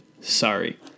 sorry